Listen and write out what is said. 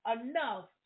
enough